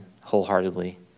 wholeheartedly